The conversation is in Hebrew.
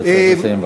אתה צריך לסיים.